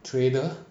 trader